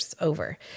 over